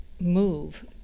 move